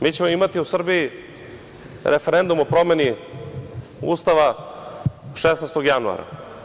Mi ćemo imati u Srbiji referendum o promeni Ustava 16. januara.